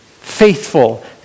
faithful